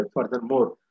Furthermore